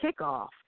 kickoff